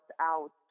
out